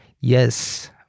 yes